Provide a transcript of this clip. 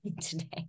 today